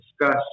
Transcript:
discuss